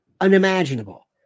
unimaginable